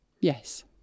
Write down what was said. yes